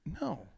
No